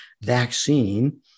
vaccine